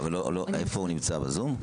הוא נמצא בזום?